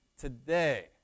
today